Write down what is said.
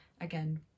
again